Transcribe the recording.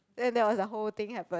then there was the whole thing happen